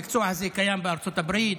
המקצוע הזה קיים בארצות הברית,